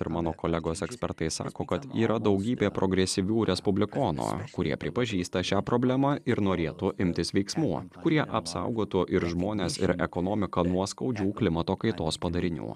ir mano kolegos ekspertai sako kad yra daugybė progresyvių respublikonų kurie pripažįsta šią problemą ir norėtų imtis veiksmų kurie apsaugotų ir žmones ir ekonomiką nuo skaudžių klimato kaitos padarinių